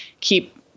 keep